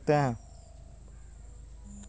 क्या आप अपने ऊपर खटमल को रेंगते हुए देख सकते हैं?